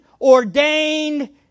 ordained